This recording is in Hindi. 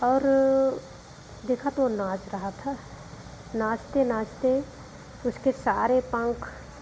और देखा तो वह नाच रहा था नाचते नाचते उसके सारे पंख